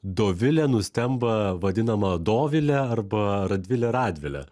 dovilė nustemba vadinama dovile arba radvilė radvile